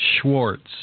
Schwartz